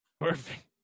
perfect